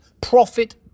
profit